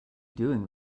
doing